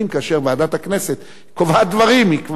האם כאשר ועדת הכנסת קובעת דברים היא כבר,